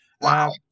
Wow